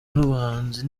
n’ubuhanzi